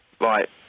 Right